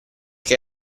che